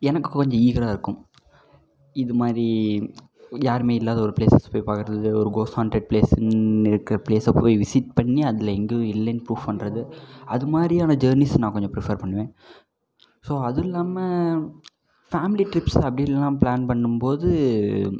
எனக்கு கொஞ்சம் ஈகராக இருக்கும் இதுமாதிரி யாரும் இல்லாத ஒரு பிளேஸஸ் போய் பாக்கிறது ஒரு கோஸ்ட் ஹான்டட் பிளேஸ்னு இருக்கிற பிளேஸை போய் விசிட் பண்ணி அதில் எங்கேயும் இல்லேன்னு ப்ரூஃப் பண்ணுறது அதுமாதிரியான ஜேர்னீஸ் நாங்கள் கொஞ்சம் ப்ரிஃப்ஃபேர் பண்ணுவேன் ஸோ அது இல்லாமல் ஃபேமிலி ட்ரிப்ஸ் அப்படின்லாம் பிளான் பண்ணும்போது